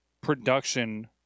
production